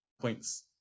points